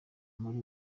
muri